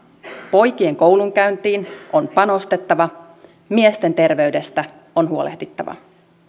poikien koulunkäyntiin on panostettava miesten terveydestä on huolehdittava